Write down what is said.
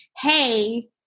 Hey